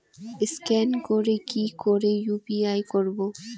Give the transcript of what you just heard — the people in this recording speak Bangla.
স্ক্যান করে কি করে ইউ.পি.আই করবো?